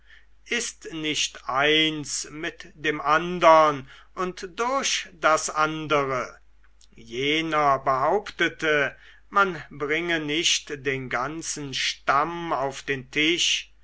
ist nicht eins mit dem andern und durch das andere jener behauptete man bringe nicht den ganzen stamm auf den tisch